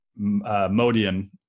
modian